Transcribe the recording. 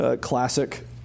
classic